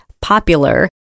popular